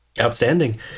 Outstanding